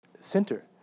Center